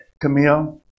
Camille